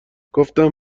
گفتم